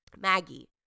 Maggie